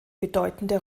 bedeutende